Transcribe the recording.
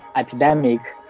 epidemic.